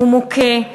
הוא מוכה,